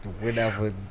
whenever